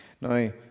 Now